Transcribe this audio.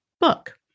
book